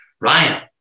Ryan